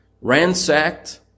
ransacked